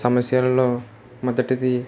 సమస్యలలో మొదటిది